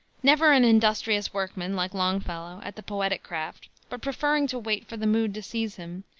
never an industrious workman, like longfellow, at the poetic craft, but preferring to wait for the mood to seize him,